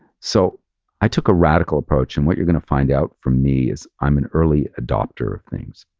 so i took a radical approach, and what you're going to find out from me is, i'm an early adopter of things,